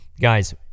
Guys